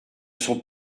sont